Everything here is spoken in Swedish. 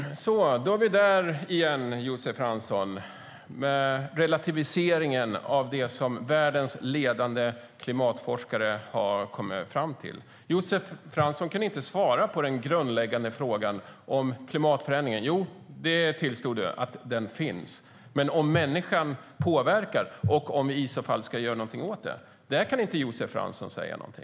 Herr talman! Då är vi där igen, Josef Fransson, med relativiseringen av det som världens ledande klimatforskare har kommit fram till. Josef Fransson kan inte svara på den grundläggande frågan om klimatförändringen. Han tillstod att den finns, men om människan påverkar och om något ska göras kan inte Josef Fransson säga något.